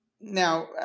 now